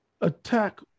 Attack